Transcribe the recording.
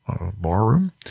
barroom